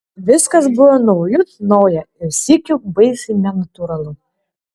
viskas buvo naujut nauja ir sykiu baisiai nenatūralu